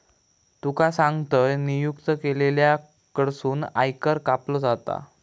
तुका सांगतंय, नियुक्त केलेल्या कडसून आयकर कापलो जाता